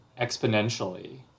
exponentially